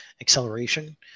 acceleration